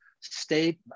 state